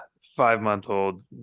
five-month-old